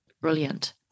Brilliant